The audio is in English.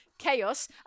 Chaos